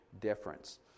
difference